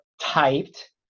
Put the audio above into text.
typed